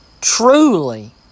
Truly